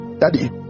daddy